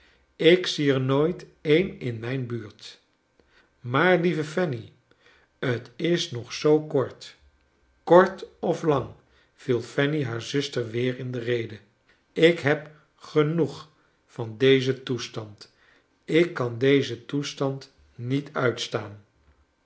ik zie er nooit een in mijn buurt maar lieve fanny t is nog zoo kort kort of lang viel fanny haar zuster weer in de rede ik heb genoeg van dezen toestand ik kan dezen toestand niet uitstaan